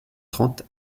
trente